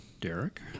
Derek